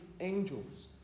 angels